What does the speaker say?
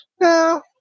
no